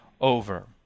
over